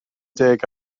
deg